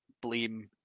blame